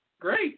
great